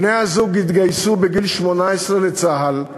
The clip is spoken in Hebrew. בני-הזוג התגייסו בגיל 18 לצה"ל.